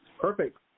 Perfect